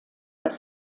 das